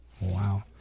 wow